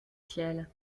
ciel